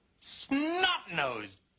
snot-nosed